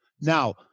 Now